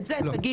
את זה תגישו.